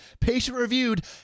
patient-reviewed